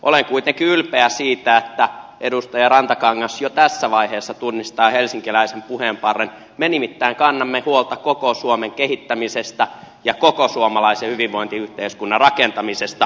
olen kuitenkin ylpeä siitä että edustaja rantakangas jo tässä vaiheessa tunnistaa helsinkiläisen puheenparren me nimittäin kannamme huolta koko suomen kehittämisestä ja koko suomalaisen hyvinvointiyhteiskunnan rakentamisesta